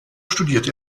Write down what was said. studierte